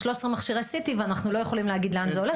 13 מכשירי CT ואנחנו לא יכולים להגיד לאן זה הולך.